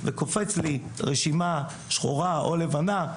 קופצת לי רשימה שחורה או לבנה,